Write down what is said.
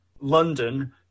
London